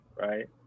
right